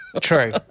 True